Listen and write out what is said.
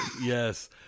Yes